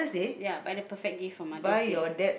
ya buy the perfect gift for Mother's-Day